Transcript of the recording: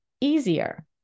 easier